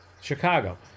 Chicago